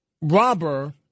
robber